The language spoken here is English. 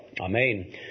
Amen